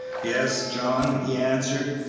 yes, john, he answered,